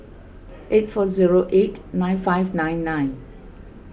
eight four zero eight nine five nine nine